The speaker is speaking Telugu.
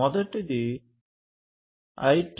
మొదటిది IEEE 802